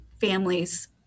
families